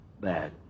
bad